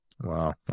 Wow